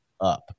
up